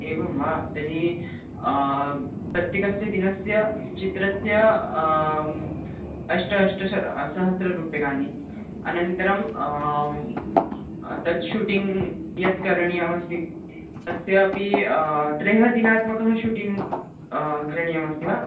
एवं वा तर्हि प्रत्येकस्य दिनस्य चित्रस्य अष्ट अष्टादश सहस्ररूप्यकाणि अनन्तरं तत् शूटिंग् यत् करणीयमस्ति तस्यापि त्रयः दिनात्मकः शूटिंग् करणीयमस्ति वा